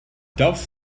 doves